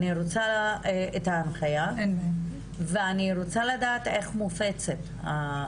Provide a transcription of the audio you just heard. אני ארצה את המידע הזה ואני ארצה לדעת מתי הנוהל מתעדכן.